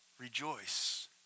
rejoice